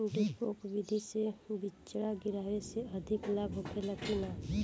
डेपोक विधि से बिचड़ा गिरावे से अधिक लाभ होखे की न?